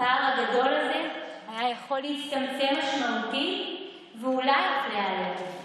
הפער הגדול הזה היה יכול להצטמצם משמעותית ואולי אף להיעלם.